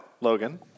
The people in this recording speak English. Logan